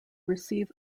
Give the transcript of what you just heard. receive